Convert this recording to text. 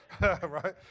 Right